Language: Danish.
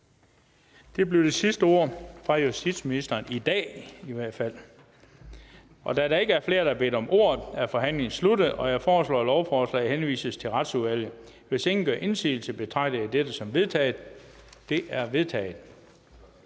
Det blev det sidste ord fra justitsministeren i dag i hvert fald. Da der ikke er flere, der har bedt om ordet, er forhandlingen sluttet. Jeg foreslår, at lovforslaget henvises til Retsudvalget. Hvis ingen gør indsigelse, betragter jeg dette som vedtaget. Det er vedtaget.